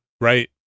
Right